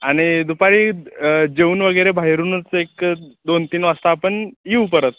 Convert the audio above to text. आणि दुपारी जेवून वगैरे बाहेरूनच एक दोन तीन वाजता आपण येऊ परत